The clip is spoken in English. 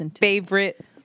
favorite